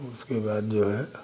उसके बाद जो है